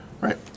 Right